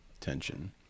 tension